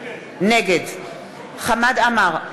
נגד חמד עמאר,